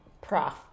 prof